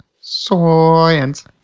Science